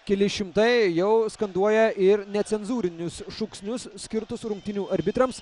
keli šimtai jau skanduoja ir necenzūrinius šūksnius skirtus rungtynių arbitrams